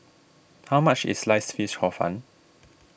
how much is Sliced Fish Hor Fun